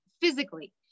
physically